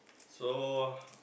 so